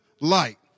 light